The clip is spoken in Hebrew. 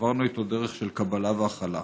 ועברנו איתו דרך של קבלה והכלה.